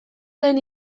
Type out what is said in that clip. lehen